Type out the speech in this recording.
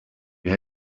you